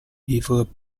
vivres